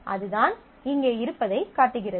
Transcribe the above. அதுதான் இங்கே இருப்பதைக் காட்டுகிறது